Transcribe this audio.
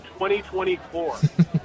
2024